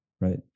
right